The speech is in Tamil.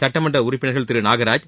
சட்டமன்ற உறுப்பினர்கள் திரு நாகராஜ்